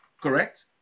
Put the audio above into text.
correct